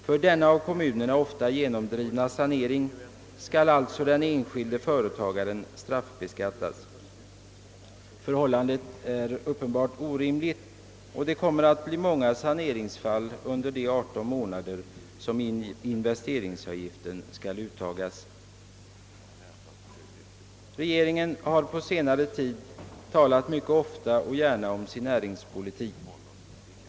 För denna av kommunerna ofta genomdrivna sanering skall alltså den enskilde företagaren straffbeskattas. Förhållandet är uppenbart orimligt. Och det kommer att bli många saneringsfall under de 18 månader som investeringsavgiften skall uttagas. Regeringen har på senare tid talat mycket ofta och gärna om sin näringspolitik.